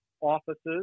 offices